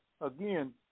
again